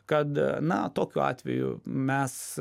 kad na tokiu atveju mes